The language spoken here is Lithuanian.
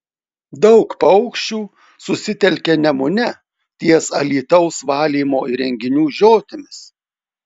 daug paukščių susitelkė nemune ties alytaus valymo įrenginių žiotimis